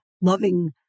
loving